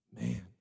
Man